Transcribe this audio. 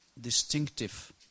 distinctive